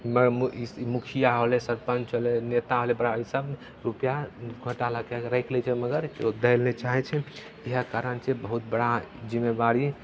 मगर म् ई मुखिया होलै सरपञ्च होलै नेता भेलै बड़ा इसभ रुपैआ घोटाला कए कऽ राखि लै छै मगर केओ दै लेल नहि चाहै छै इएह कारण छै बहुत बड़ा जिम्मेवारी